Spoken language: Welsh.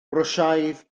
rwsiaidd